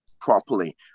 properly